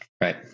right